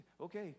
okay